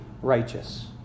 righteous